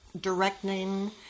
directing